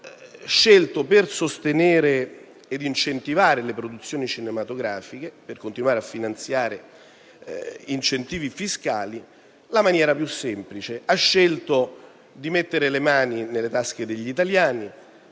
Governo, per sostenere ed incentivare le produzioni cinematografiche e continuare a finanziare incentivi fiscali, ha scelto la maniera più semplice: ha scelto di mettere le mani nelle tasche degli italiani